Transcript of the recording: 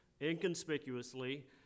inconspicuously